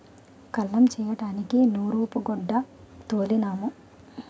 కల్లం చేయడానికి నూరూపుగొడ్డ తోలినాము